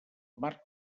marc